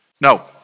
No